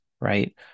right